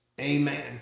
amen